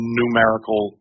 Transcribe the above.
numerical